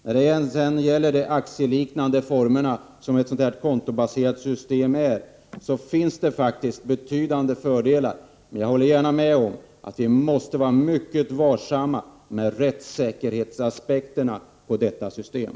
När det sedan gäller de aktieliknande formerna som ett kontobaserat system innebär, finns det faktiskt betydande fördelar. Men jag kan gärna hålla med om att vi måste vara mycket varsamma med rättssäkerhetsaspekterna när det gäller detta system.